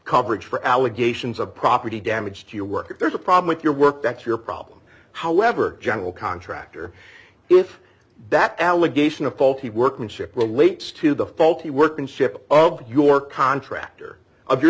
coverage for allegations of property damage to your work if there's a problem with your work that's your problem however general contractor if that allegation of faulty workmanship relates to the faulty workmanship of your contractor of your